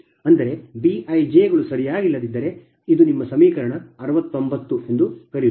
ಅಂದರೆ Bijಗಳು ಸರಿಯಾಗಿಲ್ಲದಿದ್ದರೆ ಇದು ನಿಮ್ಮ ಸಮೀಕರಣ 69 ಎಂದು ಕರೆಯುತ್ತದೆ